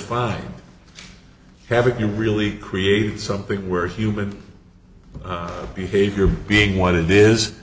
defined haven't you really created something worse human behavior being what it is